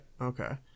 okay